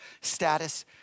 status